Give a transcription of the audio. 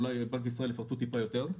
אולי אנשי בנק ישראל יפרטו קצת יותר.